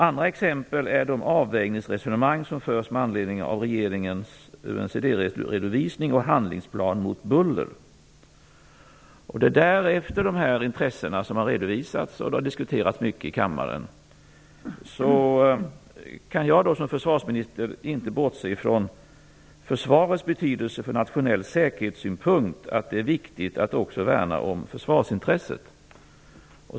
Andra exempel är de avvägningsresonemang som förs med anledning av regeringens UNCED-redovisning och handlingsplan mot buller. Intressena har redovisats, och de har diskuterats mycket i kammaren. Jag kan som försvarsminister inte bortse från försvarets betydelse och att det ur nationell säkerhetssynpunkt är viktigt att också värna om försvarsintresset.